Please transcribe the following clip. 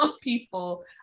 people